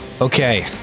Okay